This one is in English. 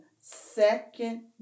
second